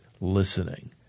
listening